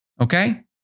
okay